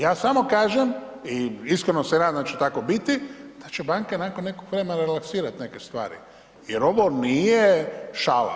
Ja samo kažem i iskreno se nadam će tako biti, da će banke nakon nekog vremena relaksirat neke stvari, jer ono nije šala.